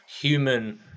human